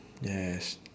yes